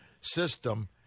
system